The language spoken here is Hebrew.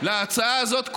להצעה הזאת קוראים: